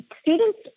Students